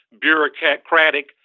bureaucratic